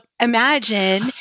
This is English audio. Imagine